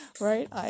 Right